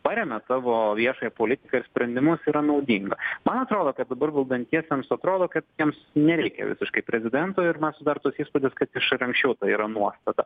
paremia tavo viešąją politiką ir sprendimus yra naudinga man atrodo kad dabar valdantiesiems atrodo kad jiems nereikia visiškai prezidento ir man susidaro toks įspūdis kad iš ir anksčiau yra nuostata